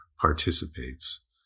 participates